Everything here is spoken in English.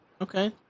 okay